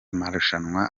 marushanwa